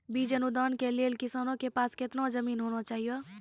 बीज अनुदान के लेल किसानों के पास केतना जमीन होना चहियों?